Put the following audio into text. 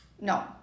No